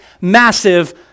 massive